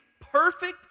perfect